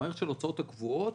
המערכת של ההוצאות הקבועות,